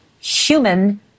human